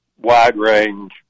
wide-range